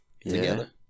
Together